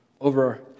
over